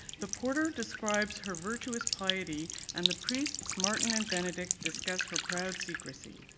the porter describes her virtuous piety and the priests martin and benedict discuss her proud secrecy.